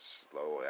slow